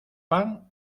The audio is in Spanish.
pan